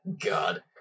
God